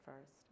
first